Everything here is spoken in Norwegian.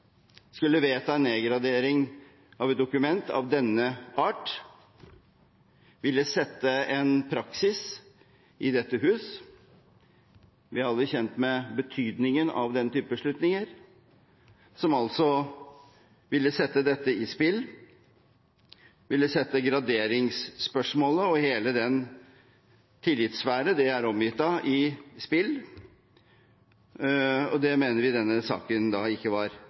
skulle vedta en nedgradering av et dokument av denne art ville sette en praksis i dette hus – vi er alle kjent med betydningen av den typen beslutninger – som ville sette dette i spill, som ville sette graderingsspørsmålet og hele den tillitssfæren det er omgitt av, i spill. Det mener vi denne saken ikke var